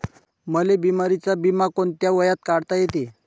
मले बिमारीचा बिमा कोंत्या वयात काढता येते?